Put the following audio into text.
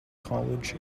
college